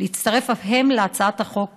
יצטרפו גם הם להצעת החוק.